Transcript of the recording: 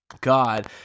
god